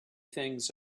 things